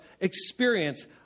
experience